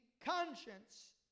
conscience